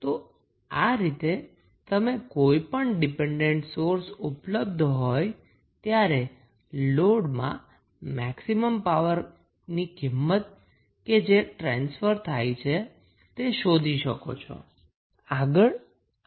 તો આ રીતે તમે કોઈપણ ડિપેન્ડન્ટ સોર્સ ઉપલબ્ધ હોય ત્યારે લોડમાં મેક્સિમમ પાવર ની કિંમત કે જે ટ્રાન્સફર થાય છે તે શોધી શકો છો